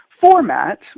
format